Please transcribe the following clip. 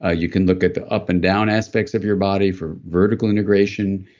ah you can look at the up and down aspects of your body for vertical integration.